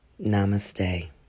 Namaste